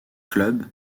club